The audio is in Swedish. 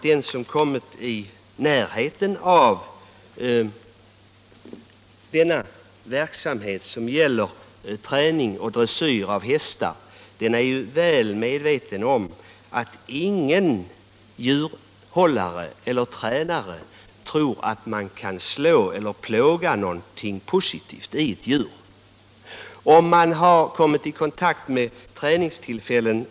Den som kommit i beröring med denna verksamhet, träning och dressyr av hästar, är väl medveten om att ingen djurhållare eller tränare tror att man kan slå eller plåga ett djur till någonting positivt.